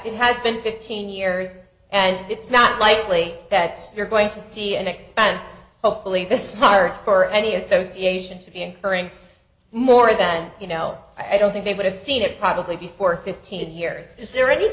it has been fifteen years and it's not likely that you're going to see an expense hopefully this hard for any associations to be incurring more than you know i don't think they would have seen it probably before fifteen years is there any